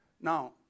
Now